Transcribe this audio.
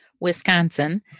Wisconsin